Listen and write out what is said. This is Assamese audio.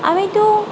আমিতো